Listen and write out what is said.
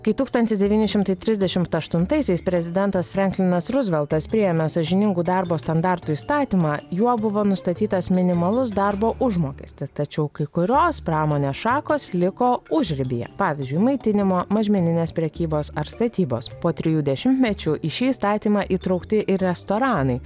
kai tūkstantis devyni šimtai trisdešimt aštuntaisiais prezidentas franklinas ruzveltas priėmė sąžiningų darbo standartų įstatymą juo buvo nustatytas minimalus darbo užmokestis tačiau kai kurios pramonės šakos liko užribyje pavyzdžiui maitinimo mažmeninės prekybos ar statybos po trijų dešimtmečių į šį įstatymą įtraukti ir restoranai